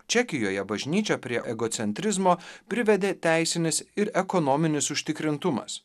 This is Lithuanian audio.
čekijoje bažnyčią prie egocentrizmo privedė teisinis ir ekonominis užtikrintumas